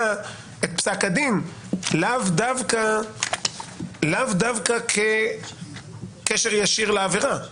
את פסק הדין לאו דווקא כקשר ישיר לעבירה.